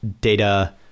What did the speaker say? data